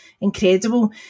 incredible